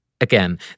Again